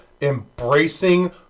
embracing